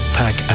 pack